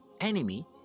enemy